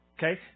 Okay